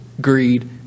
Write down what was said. greed